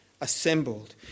assembled